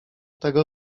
tego